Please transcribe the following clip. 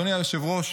אדוני היושב-ראש,